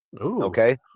Okay